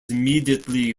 immediately